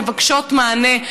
שמבקשות מענה.